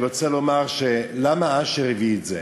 אני רוצה לומר למה אשר הביא את זה,